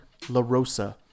LaRosa